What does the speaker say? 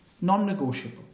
Non-negotiable